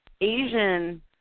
Asian